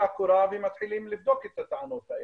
הקורה ומתחילים לבדוק את הטענות האלה,